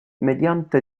mediante